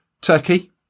Turkey